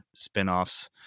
spinoffs